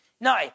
No